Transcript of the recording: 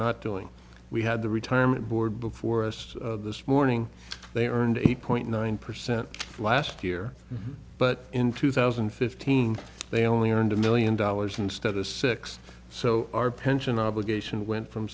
not doing we had the retirement board before us this morning they earned eight point nine percent last year but in truth isn't fifteen they only earned a million dollars instead of six so our pension obligation went from